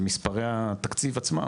על מספרי התקציב עצמם,